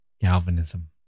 Galvanism